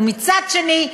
ומצד שני,